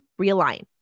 realign